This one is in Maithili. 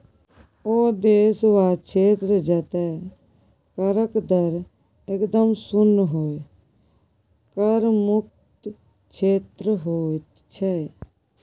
ओ देश वा क्षेत्र जतय करक दर एकदम शुन्य होए कर मुक्त क्षेत्र होइत छै